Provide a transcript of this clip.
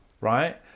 right